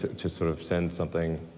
to to sort of send something,